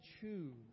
choose